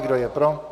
Kdo je pro?